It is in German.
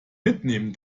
mitnehmen